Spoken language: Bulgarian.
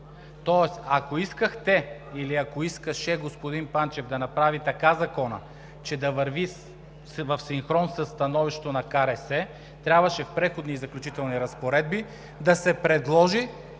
тоест, ако искахте или ако искаше господин Панчев да направи така закона, че да върви в синхрон със становището на КРС, трябваше в Преходните и заключителни разпоредби да се предложи